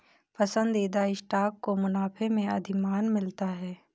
पसंदीदा स्टॉक को मुनाफे में अधिमान मिलता है